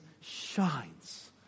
shines